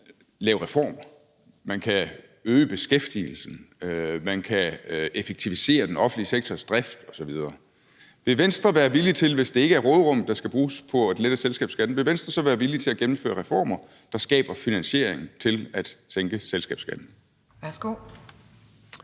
Man kan også lave reformer; man kan øge beskæftigelsen; man kan effektivisere den offentlige sektors drift osv. Vil Venstre være villig til – hvis det ikke er råderummet, der skal bruges på at lette selskabsskatten – at gennemføre reformer, der skaber finansiering til at sænke selskabsskatten? Kl.